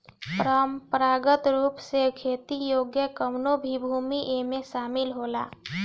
परंपरागत रूप से खेती योग्य कवनो भी भूमि एमे शामिल होला